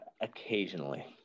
Occasionally